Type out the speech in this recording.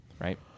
right